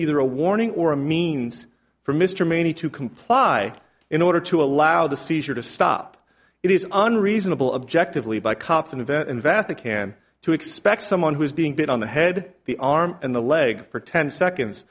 either a warning or a means for mr maynard to comply in order to allow the seizure to stop it is unreasonable objectively by cop an event in vast the can to expect someone who is being put on the head the arm and the leg for ten seconds